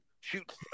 Shoot